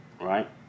Right